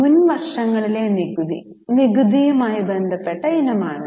മുൻ വർഷങ്ങളിലെ നികുതി നികുതിയുമായി ബന്ധപ്പെട്ട ഇനമാണിത്